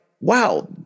wow